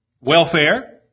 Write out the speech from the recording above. Welfare